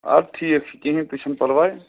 اَدٕ ٹھیٖک چھُ کِہیٖنۍ تہِ چھُنہٕ پَرواے